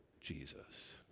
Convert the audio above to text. Jesus